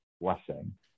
blessing